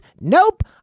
Nope